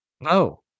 No